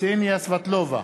קסניה סבטלובה,